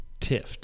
Tift